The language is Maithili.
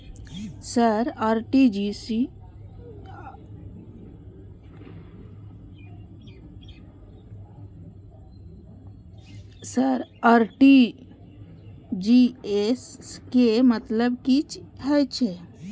सर आर.टी.जी.एस के मतलब की हे छे?